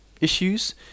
issues